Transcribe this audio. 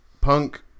Punk